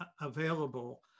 available